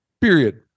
period